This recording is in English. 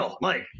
Mike